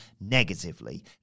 negatively